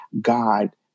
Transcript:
God